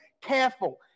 careful